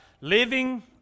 living